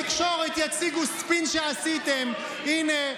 אז בתקשורת יציגו ספין שעשיתם: הינה,